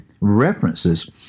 references